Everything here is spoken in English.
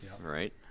Right